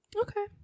Okay